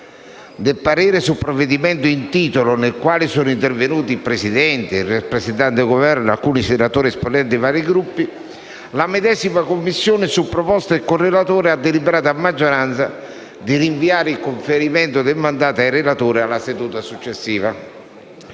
del parere sul provvedimento in titolo, nel quale sono intervenuti il Presidente, il rappresentante del Governo e alcuni senatori esponenti dei vari Gruppi, la medesima Commissione, su proposta del correlatore, ha deliberato a maggioranza di rinviare il conferimento del mandato ai relatori alla seduta successiva.